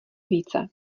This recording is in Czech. více